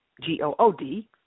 G-O-O-D